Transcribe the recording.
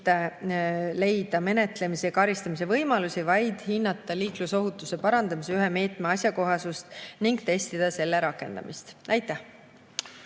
leida menetlemise ja karistamise võimalusi, vaid hinnata liiklusohutuse parandamise ühe meetme asjakohasust ning testida selle rakendamist. Aitäh!